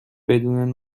بدون